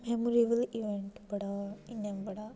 memorable event बड़ा इ'यां बड़ा